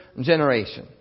generation